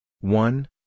one